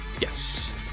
Yes